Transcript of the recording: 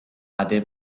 other